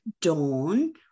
dawn